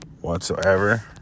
whatsoever